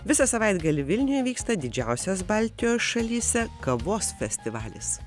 visą savaitgalį vilniuje vyksta didžiausias baltijos šalyse kavos festivalis